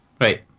Right